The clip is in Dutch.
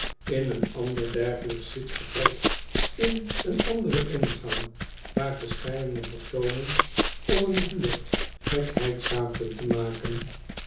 in een ander dergelijk zitvertrek in een anderen ingang waar verscheidene personen om een vuur gekheid zaten te maken